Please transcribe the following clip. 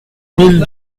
mille